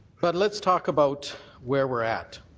but let's talk about where we're at.